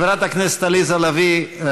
חברת הכנסת עליזה לביא,